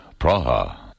Praha